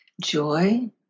joy